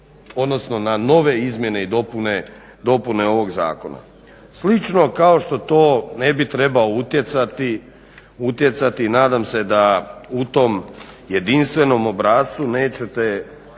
bitno na nove izmjene i dopune ovog zakona. Slično kao što to ne bi trebao utjecati nadam se da u tom jedinstvenom obrascu nećete